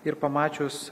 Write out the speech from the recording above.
ir pamačius